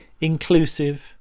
inclusive